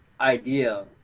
idea